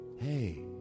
Hey